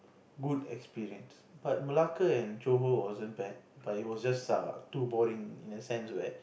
good experience but Malacca and Johor wasn't bad but it was just sia too boring in a sense that